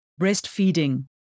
breastfeeding